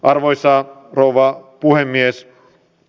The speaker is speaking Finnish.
arvoisa rouva puhemies